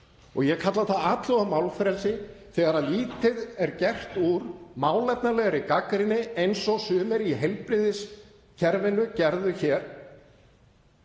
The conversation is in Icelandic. og ég kalla það atlögu að málfrelsi þegar lítið er gert úr málefnalegri gagnrýni eins og sumir í heilbrigðiskerfinu gerðu